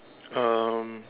um